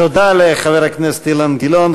תודה לחבר הכנסת אילן גילאון.